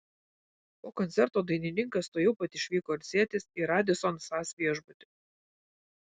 po koncerto dainininkas tuojau pat išvyko ilsėtis į radisson sas viešbutį